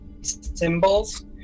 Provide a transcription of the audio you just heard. symbols